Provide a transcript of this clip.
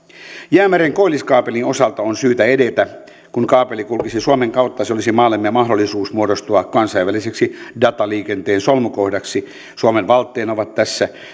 jäämeren koilliskaapelin osalta on syytä edetä kun kaapeli kulkisi suomen kautta se olisi maallemme mahdollisuus muodostua kansainväliseksi dataliikenteen solmukohdaksi suomen valtteina ovat tässä